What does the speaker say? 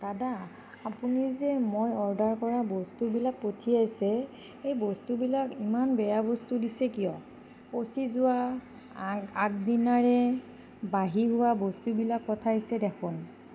দাদা আপুনি যে মই অৰ্ডাৰ কৰা বস্তুবিলাক পঠিয়াইছে সেই বস্তুবিলাক ইমান বেয়া বস্তু দিছে কিয় পঁচি যোৱা আগ আগদিনাৰে বাহী হোৱা বস্তুবিলাক পঠাইছে দেখোন